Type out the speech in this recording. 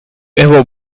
ever